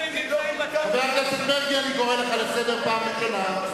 חבר הכנסת מרגי, אני קורא לך לסדר פעם ראשונה.